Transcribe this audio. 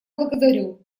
благодарю